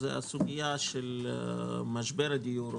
הוא הסוגיה של משבר הדיור,